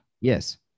yes